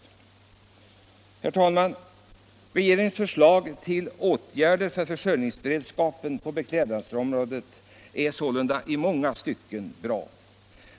Herr talman! Regeringens förslag till åtgärder för försörjningsberedskapen på beklädnadsområdet är i många stycken bra.